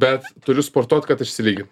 bet turiu sportuoti kad išsilygint